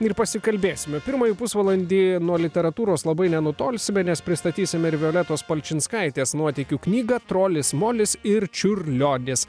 ir pasikalbėsime pirmąjį pusvalandį nuo literatūros labai nenutolsime nes pristatysim ir violetos palčinskaitės nuotykių knygą trolis molis ir čiurlionis